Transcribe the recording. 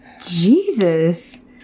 Jesus